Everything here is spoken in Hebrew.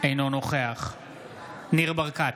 אינו נוכח ניר ברקת,